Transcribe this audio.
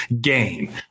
game